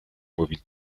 moving